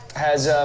has ah